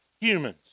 humans